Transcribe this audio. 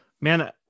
Man